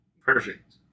Perfect